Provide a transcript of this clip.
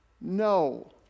No